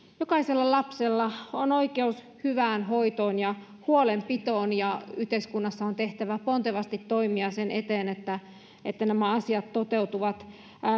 jokaisella lapsella on oikeus hyvään hoitoon ja huolenpitoon ja yhteiskunnassa on tehtävä pontevasti toimia sen eteen että että nämä asiat toteutuvat